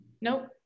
Nope